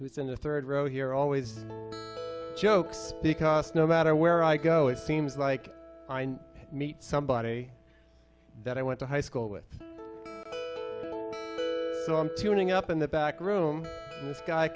who's in the third row here always jokes because no matter where i go it seems like meet somebody that i went to high school with tuning up in the back room